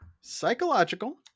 Psychological